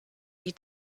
die